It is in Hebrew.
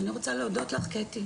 אני רוצה להודות לך קטי.